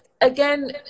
Again